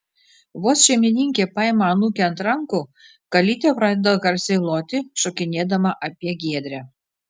vos šeimininkė paima anūkę ant rankų kalytė pradeda garsiai loti šokinėdama apie giedrę